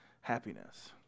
happiness